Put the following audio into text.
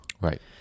Right